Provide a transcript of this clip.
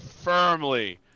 firmly